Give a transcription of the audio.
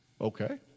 Okay